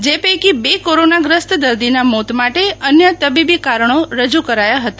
જે પૈકી બે કોરોનાગ્રસ્તદર્દી મોત માટે અન્ય તબીબી કારણો રજૂ કરાયા હતા